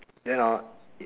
then